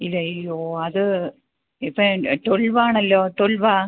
ഇത് അയ്യോ അത് ഇപ്പോൾ ട്വൽവ് ആണല്ലോ ട്വൽവാ